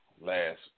last